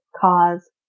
cause